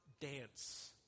dance